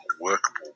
workable